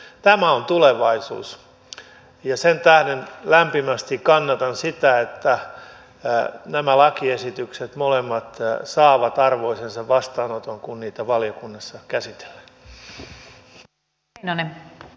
tämä on tulevaisuus ja sen tähden lämpimästi kannatan sitä että nämä molemmat lakiesitykset saavat arvoisensa vastaanoton kun niitä valiokunnassa käsitellään